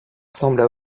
sembla